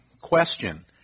question